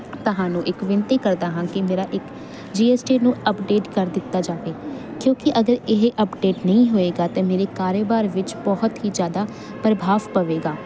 ਤੁਹਾਨੂੰ ਇੱਕ ਬੇਨਤੀ ਕਰਦਾ ਹਾਂ ਕਿ ਮੇਰਾ ਇੱਕ ਜੀ ਐਸ ਟੀ ਨੂੰ ਅਪਡੇਟ ਕਰ ਦਿੱਤਾ ਜਾਵੇ ਕਿਉਂਕਿ ਅਗਰ ਇਹ ਅਪਡੇਟ ਨਹੀਂ ਹੋਏਗਾ ਤਾਂ ਮੇਰੇ ਕਾਰੋਬਾਰ ਵਿੱਚ ਬਹੁਤ ਹੀ ਜਿਆਦਾ ਪ੍ਰਭਾਵ ਪਵੇਗਾ